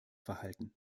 verhalten